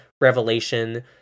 revelation